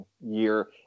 year